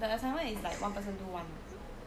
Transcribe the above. the assignment is like one person do one uh